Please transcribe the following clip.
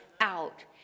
out